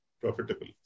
profitable